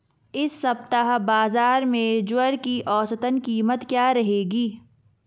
इस सप्ताह बाज़ार में ज्वार की औसतन कीमत क्या रहेगी?